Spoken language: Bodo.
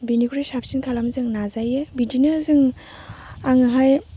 बेनिख्रुइ साबसिन खालामनो जों नाजायो बिदिनो जों आङोहाय